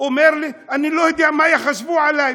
הוא אומר לי: אני לא יודע מה יחשבו עלי,